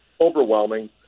overwhelming